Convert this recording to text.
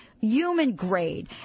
human-grade